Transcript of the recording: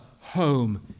home